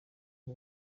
bwo